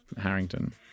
harrington